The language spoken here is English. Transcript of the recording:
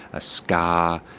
a scar,